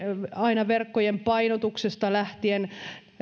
aina verkkojen painotuksesta lähtien